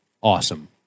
Awesome